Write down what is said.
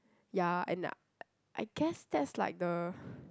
ya and uh I guess that's like the